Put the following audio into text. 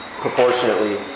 proportionately